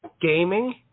gaming